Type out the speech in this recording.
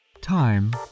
Time